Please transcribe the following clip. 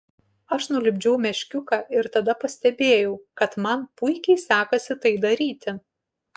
aš nulipdžiau meškiuką ir tada pastebėjau kad man puikiai sekasi tai daryti